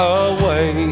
away